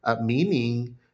meaning